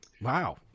Wow